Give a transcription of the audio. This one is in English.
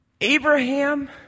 Abraham